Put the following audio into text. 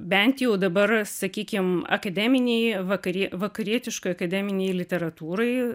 bent jau dabar sakykim akademinėj vakarie vakarietiškoj akademinėj literatūroj